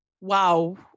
Wow